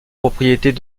propriétés